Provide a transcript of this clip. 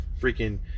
freaking